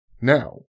now